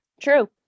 True